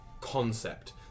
Concept